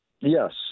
Yes